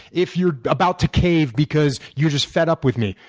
if you're about to cave because you're just fed up with me.